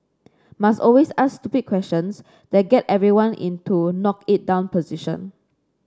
must always ask stupid questions that get everyone into knock it down position